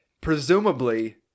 presumably